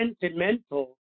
sentimental